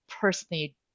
personally